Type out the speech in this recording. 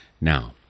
now